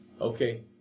Okay